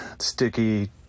sticky